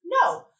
No